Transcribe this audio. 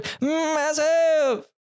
massive